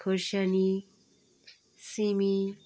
खोर्सानी सिमी